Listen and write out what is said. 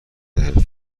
حرفه